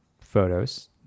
photos